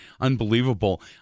unbelievable